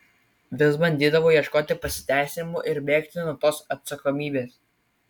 vis bandydavau ieškoti pasiteisinimų ir bėgti nuo tos atsakomybės